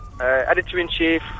Editor-in-chief